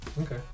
Okay